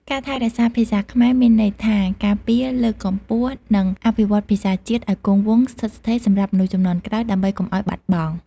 ការថែរក្សាភាសាខ្មែរ មានន័យថា ការពារ លើកកម្ពស់ និងអភិវឌ្ឍភាសាជាតិឱ្យគង់វង្សស្ថិតស្ថេរសម្រាប់មនុស្សជំនាន់ក្រោយដើម្បីកុំអោយបាត់បង់។